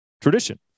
tradition